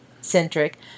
centric